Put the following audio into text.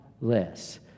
less